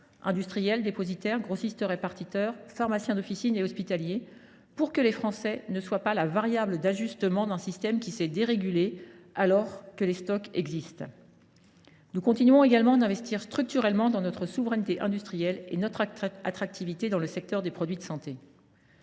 industriels, dépositaires, grossistes répartiteurs, pharmaciens d’officine et hospitaliers –, afin que les Français ne soient pas la variable d’ajustement d’un système qui s’est dérégulé, alors que les stocks existent. Nous continuons également d’investir structurellement dans notre souveraineté industrielle et cherchons à renforcer notre attractivité dans le secteur des produits de santé.